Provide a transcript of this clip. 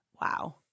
Wow